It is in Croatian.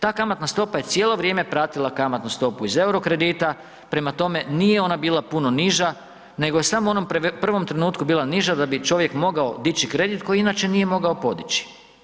Ta kamatna stopa je cijelo vrijeme pratila kamatnu stopu iz euro kredita, prema tome, nije ona bila puno niža, nego je samo u onom prvom trenutku bila niža da bi čovjek mogao dići kredit koji inače nije mogao podići.